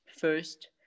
first